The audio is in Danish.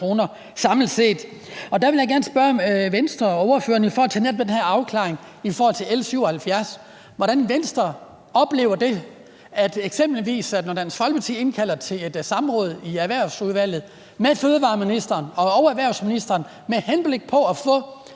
samlet set. Der ville jeg gerne spørge Venstre og ordføreren om netop den her afklaring i forhold til L 77, altså hvordan Venstre oplever det, når Dansk Folkeparti eksempelvis den 2. december indkalder til et samråd i Erhvervsudvalget med fødevareministeren og erhvervsministeren med henblik på at få